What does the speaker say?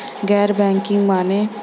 गैर बैंकिंग माने?